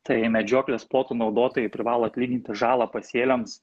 tai medžioklės plotų naudotojai privalo atlyginti žalą pasėliams